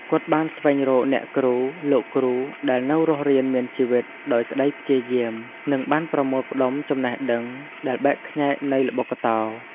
គាត់បានស្វែងរកអ្នកគ្រូ លោកគ្រូដែលនៅរស់រានមានជីវិតដោយក្ដីព្យាយាម និងបានប្រមូលផ្តុំចំណេះដឹងដែលបែកខ្ញែកនៃល្បុក្កតោ។